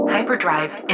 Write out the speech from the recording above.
Hyperdrive